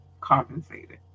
compensated